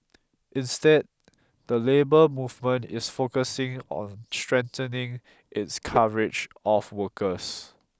instead the labour movement is focusing on strengthening its coverage of workers